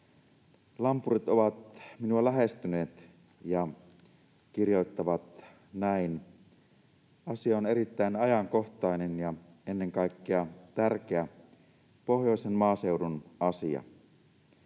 Lampurit ovat minua lähestyneet ja kirjoittavat näin: ”Asia on erittäin ajankohtainen ja ennen kaikkea tärkeä pohjoisen maaseudun asia